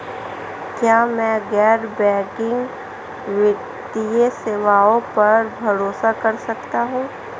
क्या मैं गैर बैंकिंग वित्तीय सेवाओं पर भरोसा कर सकता हूं?